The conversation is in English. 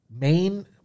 main